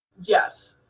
yes